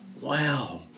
wow